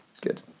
Good